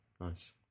nice